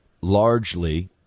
largely